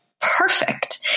perfect